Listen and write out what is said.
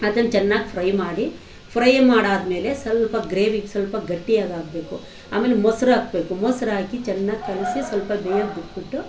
ಅದನ್ನು ಚೆನ್ನಾಗಿ ಫ್ರೈ ಮಾಡಿ ಫ್ರೈ ಮಾಡಾದಮೇಲೆ ಸ್ವಲ್ಪ ಗ್ರೇವಿ ಸ್ವಲ್ಪ ಗಟ್ಟಿಯಾಗಾಗಬೇಕು ಆಮೇಲೆ ಮೊಸ್ರು ಹಾಕ್ಬೇಕು ಮೊಸ್ರು ಹಾಕಿ ಚೆನ್ನಾಗಿ ಕಲೆಸಿ ಸ್ವಲ್ಪ ಬೇಯೋಕ್ಕೆ ಬಿಟ್ಬಿಟ್ಟು